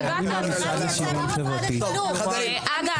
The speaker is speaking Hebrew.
אגב,